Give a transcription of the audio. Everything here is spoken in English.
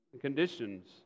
conditions